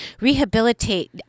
rehabilitate